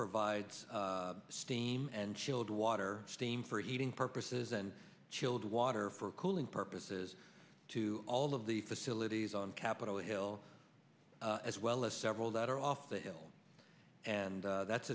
provides steam and chilled water steam for heating purposes and chilled water for cooling purposes to all of the facilities on capitol hill as well as several that are off the hill and that's